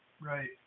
Right